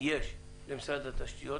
יש למשרד התשתיות